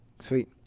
sweet